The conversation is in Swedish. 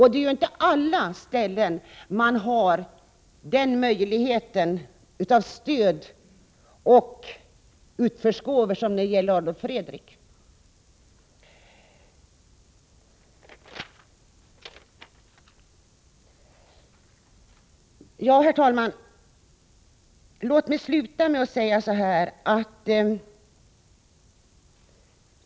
Det är inte på alla ställen som det är möjligt att få stöd av människor som har goda utförsgåvor, som fallet var när det gällde Adolf Fredrik. Herr talman!